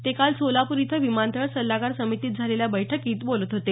ते काल सोलापूर इथं विमानतळ सल्लागार समितीत झालेल्या बैठकीत बोलत होते